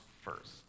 first